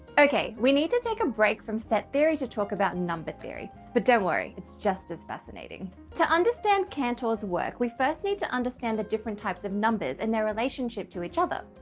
okay we need to take a break from set theory to talk about number theory, but don't worry, it's just as fascinating. to understand cantor's work we first need to understand the different types of numbers and their relationship to each other.